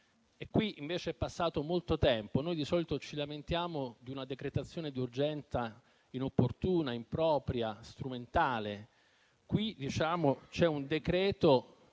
Qui invece è passato molto tempo. Noi di solito ci lamentiamo di una decretazione d'urgenza inopportuna, impropria, strumentale. In questo